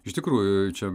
iš tikrųjų čia